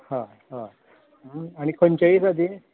हय हय आनी खंयच्या दिसा ती